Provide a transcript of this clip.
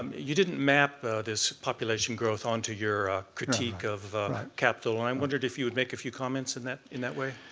um you didn't map this population growth onto your critique of capital. and i um wondered if you would make a few comments in that in that way.